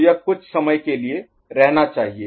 तो यह कुछ समय के लिए रहना चाहिए